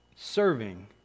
Serving